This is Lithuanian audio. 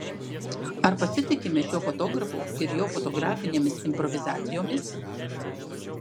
ar pasitikime šiuo fotografu ir jo fotografinėmis improvizacijomis